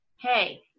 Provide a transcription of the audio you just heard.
Hey